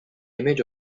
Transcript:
image